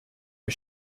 his